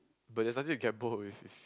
but there's nothing to get bored with